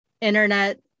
internet